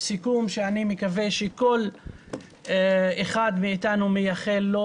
סיכום שאני מקווה שכול אחד מאתנו מייחל לו.